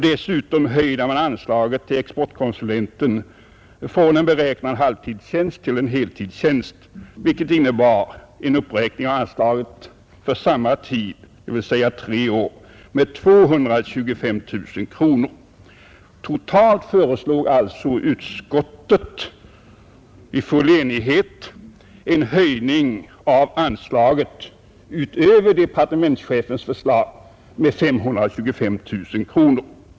Dessutom höjde man anslaget till exportkonsulenten från en beräknad halvtidstjänst till en heltidstjänst, vilket innebar en uppräkning av anslaget för samma tid av tre år med 225 000 kronor. Totalt föreslog alltså utskottet i full enighet en höjning av anslaget utöver departementschefens förslag med 525 000 kronor.